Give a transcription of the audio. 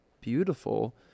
beautiful